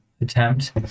attempt